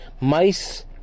mice